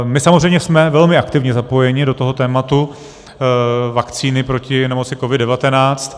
My samozřejmě jsme velmi aktivně zapojeni do toho tématu vakcíny proti nemoci COVID19.